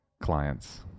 clients